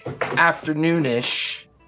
afternoon-ish